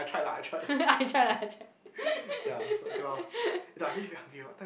I try lah I try